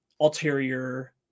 ulterior